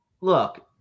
look